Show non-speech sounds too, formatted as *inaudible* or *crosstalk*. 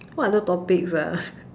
what other topics ah *laughs*